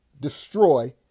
destroy